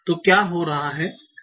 तो क्या हो रहा है